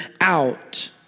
out